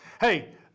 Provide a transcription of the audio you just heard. Hey